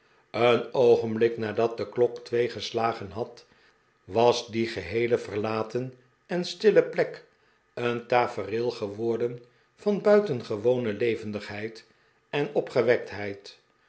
een oogenblik nadat de klok twee gestagen had was die geheele verlaten en stille plek een tafereel geworden van buitengewone levendigheid en opgewektheid